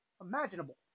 imaginable